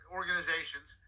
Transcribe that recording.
organizations